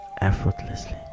effortlessly